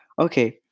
okay